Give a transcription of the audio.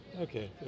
Okay